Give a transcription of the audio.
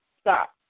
stop